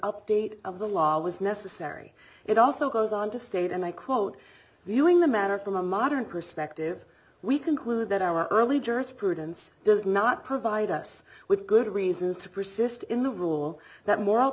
update of the law was necessary it also goes on to state and i quote viewing the matter from a modern perspective we conclude that our early jurisprudence does not provide us with good reasons to persist in the rule that moral